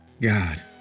God